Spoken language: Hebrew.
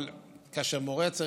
אבל כאשר מורֶה או